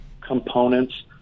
components